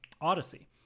Odyssey